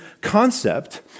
concept